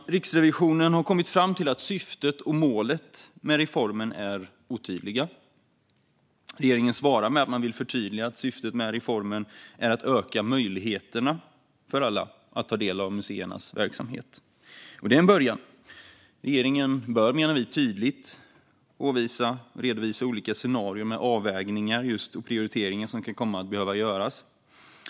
Riksrevisionen har kommit fram till att syftet och målet med reformen är otydliga. Regeringen svarar med att man vill förtydliga att syftet med reformen är att öka möjligheterna för alla att ta del av museernas verksamhet. Det är en början. Regeringen bör, menar vi, tydligt redovisa olika scenarier med avvägningar och prioriteringar som kan komma att behöva göras.